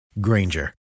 Granger